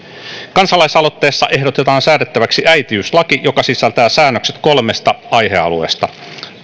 kansalaisaloitteessa ehdotetaan säädettäväksi äitiyslaki joka sisältää säännökset kolmesta aihealueesta